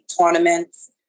tournaments